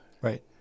Right